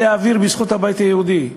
להעביר בחודשים האחרונים בזכות הבית היהודי,